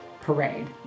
parade